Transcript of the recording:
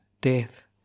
death